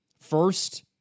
first